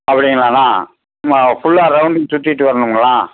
அப்படிங்களாண்ணா ஆ ஃபுல்லா ரவுண்டிங் சுற்றிட்டு வரணுங்களா